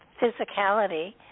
physicality